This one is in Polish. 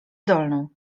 dolną